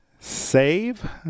save